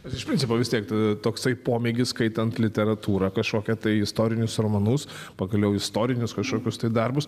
iš principo vis tiek to toksai pomėgis skaitant literatūrą kažkokią tai istorinius romanus pagaliau istorinius kažkokius tai darbus